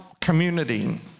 community